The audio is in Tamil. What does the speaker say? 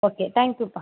okay thank யூப்பா